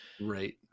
Right